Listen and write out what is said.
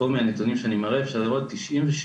מהנתונים שאני מראה אפשר לראות מעל